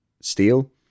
steel